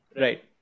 Right